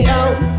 out